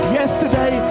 yesterday